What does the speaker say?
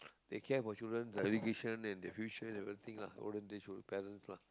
they care for children their education and their future and everything lah olden days the parents lah